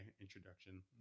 introduction